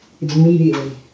immediately